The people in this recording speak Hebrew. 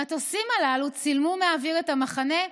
המטוסים הללו צילמו מהאוויר את המחנה,